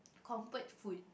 comfort food